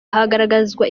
hagaragazwa